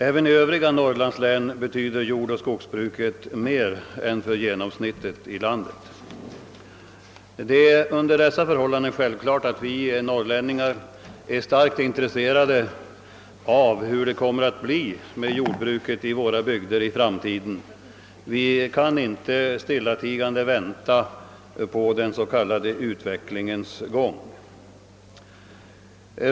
Även i övriga norrlandslän betyder jordoch skogsbruket mer än för genomsnittet i landet. Det är under dessa förhållanden självklart. att vi norrlänningar hyser starkt intresse för hur det kommer att bli med jordbruket i våra bygder i framtiden. Vi kan inte stillatigande vänta på den s.k. utvecklingens gång.